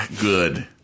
good